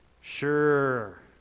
Sure